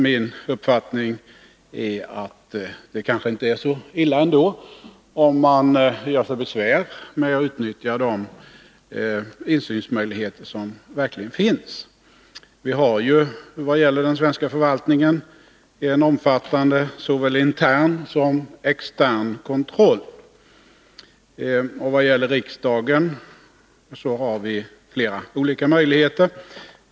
Min uppfattning är att det kanske ändå inte är så illa ställt. Det finner man om man gör sig besvär med att utnyttja de insynsmöjligheter som verkligen finns. Vi har inom den svenska förvaltningen en omfattande såväl intern som extern kontroll. Vad gäller riksdagen har vi flera olika möjligheter.